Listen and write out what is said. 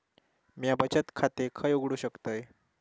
म्या बचत खाते खय उघडू शकतय?